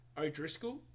O'Driscoll